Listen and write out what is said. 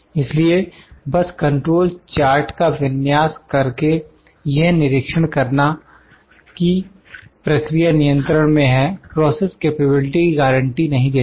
इसलिए बस control chart का विन्यास करके यह निरीक्षण करना कि प्रक्रिया नियंत्रण में है प्रोसेस कैपेबिलिटी की गारंटी नहीं देता